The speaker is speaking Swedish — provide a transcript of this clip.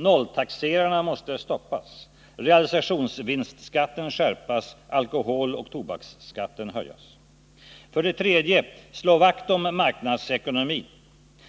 Nolltaxerarna måste stoppas, realisationsvinstskatten skärpas, alkoholoch tobaksskatten höjas. För det tredje: Slå vakt om marknadsekonomin.